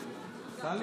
עכשיו,